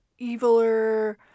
eviler